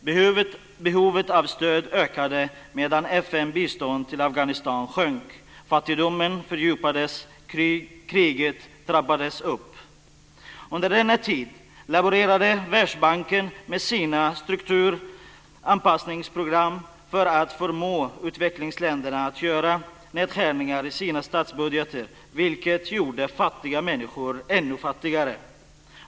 Behovet av stöd ökade medan FN:s bistånd till Afghanistan sjönk. Fattigdomen fördjupades. Kriget trappades upp. Under denna tid laborerade Världsbanken med sina strukturanpassningsprogram för att förmå utvecklingsländerna att göra nedskärningar i sina statsbudgetar, vilket gjorde fattiga människor ännu fattigare.